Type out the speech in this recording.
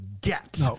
get